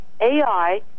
AI